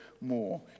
more